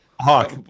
Hawk